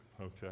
okay